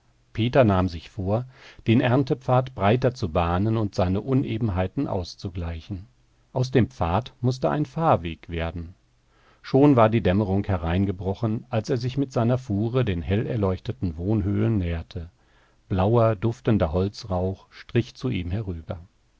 peter nahm sich vor den erntepfad breiter zu bahnen und seine unebenheiten auszugleichen aus dem pfad mußte ein fahrweg werden schon war die dämmerung hereingebrochen als er sich mit seiner fuhre den hellerleuchteten wohnhöhlen näherte blauer duftender holzrauch strich zu ihm herüber